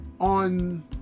on